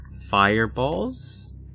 fireballs